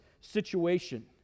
situation